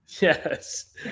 Yes